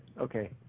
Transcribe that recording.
Okay